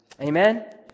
Amen